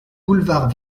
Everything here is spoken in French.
boulevard